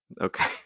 Okay